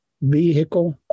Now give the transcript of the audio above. vehicle